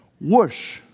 Whoosh